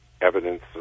evidence